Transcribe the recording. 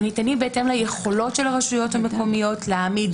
הם ניתנים בהתאם ליכולות של הרשויות המקומיות להעמיד